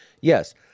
Yes